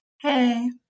Hey